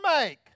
make